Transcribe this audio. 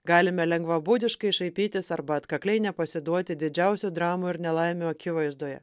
galime lengvabūdiškai šaipytis arba atkakliai nepasiduoti didžiausių dramų ir nelaimių akivaizdoje